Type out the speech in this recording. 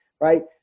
right